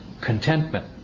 contentment